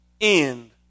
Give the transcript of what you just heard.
end